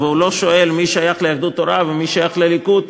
והוא לא שואל מי שייך ליהדות התורה ומי שייך לליכוד,